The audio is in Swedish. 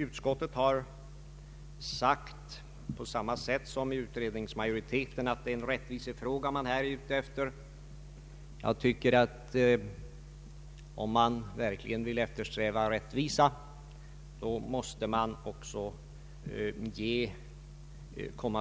Utskottet har liksom utredningsmajoriteten sagt att det här gäller en rättvisefråga. Om man verkligen vill eftersträva rättvisa, tycker jag att man också måste